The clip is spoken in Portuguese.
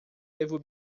devo